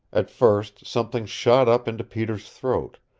at first something shot up into peter's throat,